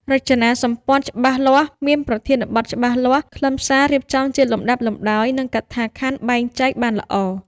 រចនាសម្ព័ន្ធច្បាស់លាស់ មានប្រធានបទច្បាស់លាស់ ខ្លឹមសាររៀបចំជាលំដាប់លំដោយ និងកថាខណ្ឌបែងចែកបានល្អ។